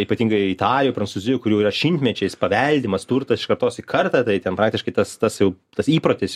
ypatingai italija prancūzija kur jau yra šimtmečiais paveldimas turtas iš kartos į kartą tai ten praktiškai tas tas jau tas įprotis